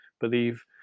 believe